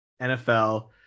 NFL